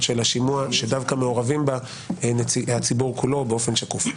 של השימוע דווקא מעורב בה הציבור כולו באופן שקוף.